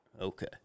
Okay